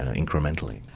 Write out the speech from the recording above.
and incrementally.